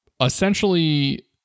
essentially